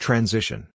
Transition